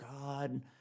God